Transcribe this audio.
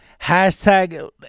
hashtag